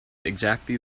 exactly